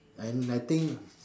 and I think